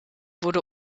wurde